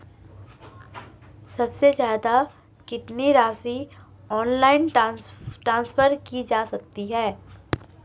सबसे ज़्यादा कितनी राशि ऑनलाइन ट्रांसफर की जा सकती है?